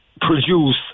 produce